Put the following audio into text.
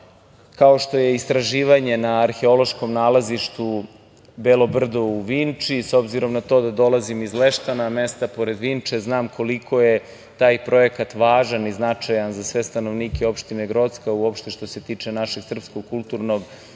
kao što je istraživanje na arheološkom nalazištu Belo brdo u Vinči, s obzirom na to da dolazim iz Leštana, mesta pored Vinče, znam koliko je taj projekat važan i značajan za sve stanovnike Opštine Grocka, uopšte što se tiče našeg srpskog kulturnog nasleđa